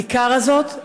הכיכר הזאת,